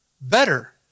better